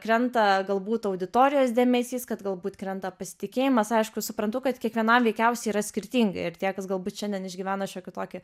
krenta galbūt auditorijos dėmesys kad galbūt krenta pasitikėjimas aišku suprantu kad kiekvienam veikiausiai yra skirtingai ir tie kas galbūt šiandien išgyvena šiokį tokį